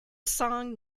song